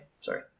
sorry